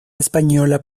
española